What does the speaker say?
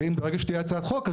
ברגע שתהיה הצעת חוק,